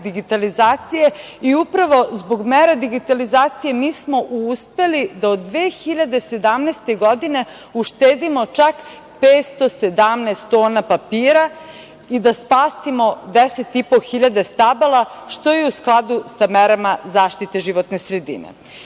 digitalizacije i upravo zbog mere digitalizacije, mi smo uspeli da od 2017. godine uštedimo čak 517 tona papira i da spasimo 10.500 stabala, što je u skladu sa merama zaštite životne sredine. Druga